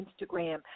Instagram